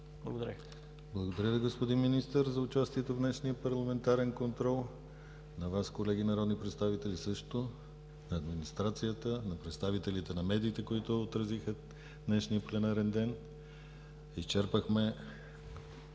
Благодаря Ви, господин Министър, за участието в днешния парламентарен контрол. На Вас, колеги народни представители – също, на администрацията, на представителите на медиите, които отразиха днешния пленарен ден. Изчерпахме